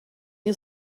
you